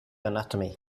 anatomy